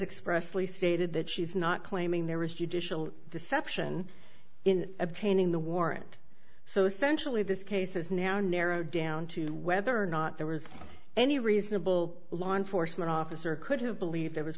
expressly stated that she's not claiming there was judicial deception in obtaining the warrant so essentially this case is now narrowed down to whether or not there was any reasonable law enforcement officer could have believed there was